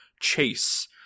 chase